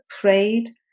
prayed